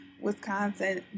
Wisconsin